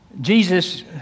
Jesus